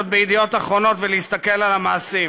ב"ידיעות אחרונות" ולהסתכל על המעשים.